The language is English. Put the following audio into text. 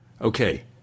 Okay